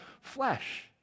flesh